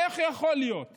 איך יכול להיות